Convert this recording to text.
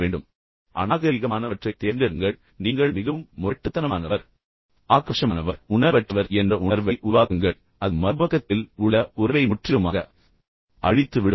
தவறான வார்த்தைகளைத் தேர்ந்தெடுங்கள் அநாகரீகமானவற்றைத் தேர்ந்தெடுங்கள் நீங்கள் மிகவும் முரட்டுத்தனமானவர் ஆக்ரோஷமானவர் உணர்வற்றவர் என்ற உணர்வை உருவாக்குங்கள் அது மறுபக்கத்தில் உள்ள உறவை முற்றிலுமாக அழித்துவிடும்